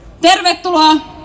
Tervetuloa